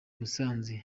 musanze